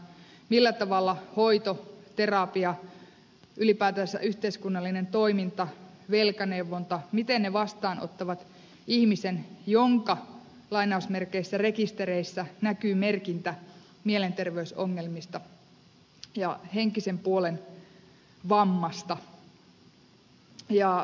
millä tavalla hoito terapia ylipäätänsä yhteiskunnallinen toiminta velkaneuvonta vastaanottavat ihmisen jonka rekistereissä näkyy merkintä mielenterveysongelmista ja henkisen puolen vammasta